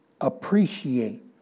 Appreciate